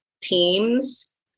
teams